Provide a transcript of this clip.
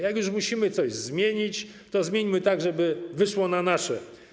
Jak już musimy coś zmienić, to zmieńmy tak, żeby wyszło na nasze.